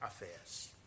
affairs